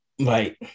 right